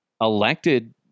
elected